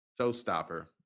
showstopper